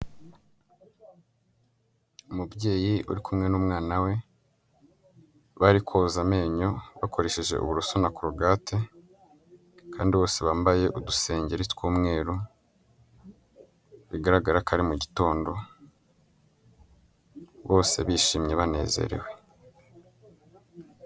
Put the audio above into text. Umubyeyi uri kumwe n'umwana we bari koza amenyo bakoresheje uburoso na korogate, kandi bose bambaye udusengeri tw'umweru bigaragara ko ari mu gitondo bose bishimye banezerewe.